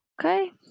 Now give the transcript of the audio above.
Okay